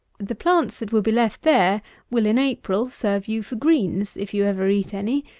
the plants that will be left there will, in april, serve you for greens, if you ever eat any,